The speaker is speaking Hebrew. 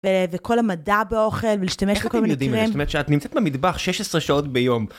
וכל המדע באוכל ולהשתמש בכל מיני דברים. איך אתם יודעים את זה? זאת אומרת כשאת נמצאת במטבח 16 שעות ביום.